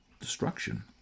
destruction